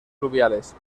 fluviales